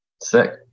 sick